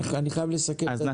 אני חייב לסכם את הדיון.